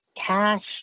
cash